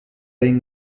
این